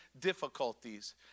difficulties